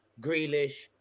Grealish